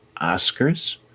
Oscars